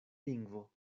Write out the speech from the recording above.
lingvo